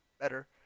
better